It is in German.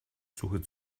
suche